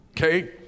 Okay